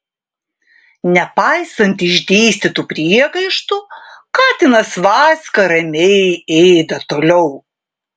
nepaisant išdėstytų priekaištų katinas vaska ramiai ėda toliau